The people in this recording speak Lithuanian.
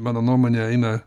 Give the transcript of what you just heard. mano nuomone eina